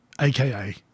AKA